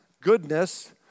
goodness